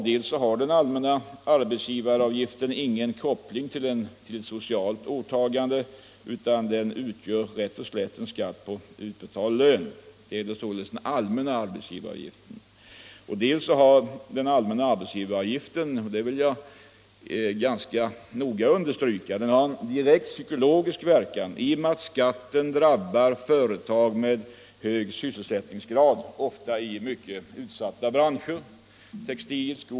Dels har den allmänna arbetsgivaravgiften ingen koppling till ett socialt åtagande utan utgör rätt och slätt en skatt på utbetald lön — det gäller således den allmänna arbetsgivaravgiften — dels har, det vill jag bestämt understryka, den allmänna arbetsgivaravgiften en psykologisk verkan i och med att skatten drabbar företag med hög sysselsättningsgrad och ofta i utsatta branscher.